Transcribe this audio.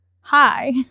hi